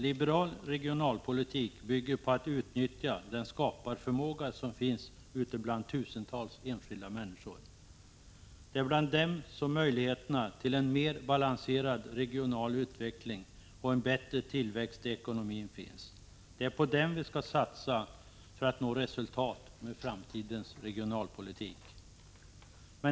Liberal regionalpolitik bygger på att utnyttja den skaparförmåga som finns ute bland tusentals enskilda människor. Det är bland dem möjligheter till en mer balanserad regional utveckling och en bättre tillväxt i ekonomin finns. Det är på dem vi skall satsa för att nå resultat med framtidens regionalpolitik.